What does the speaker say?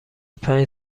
پنج